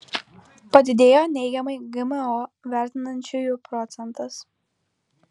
padidėjo neigiamai gmo vertinančiųjų procentas